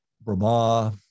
Brahma